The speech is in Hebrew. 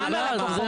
גם ללקוחות.